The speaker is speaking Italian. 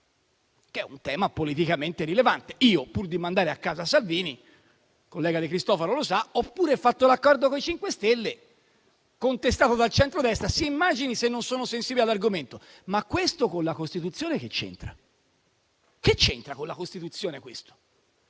è un tema politicamente rilevante: io, pur di mandare a casa Salvini - e il collega De Cristofaro lo sa - ho anche fatto l'accordo con i Cinque Stelle, contestato dal centrodestra; si immagini se non sono sensibile all'argomento. Questo però con la Costituzione che c'entra? Il collega De Cristofaro